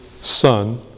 Son